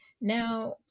Now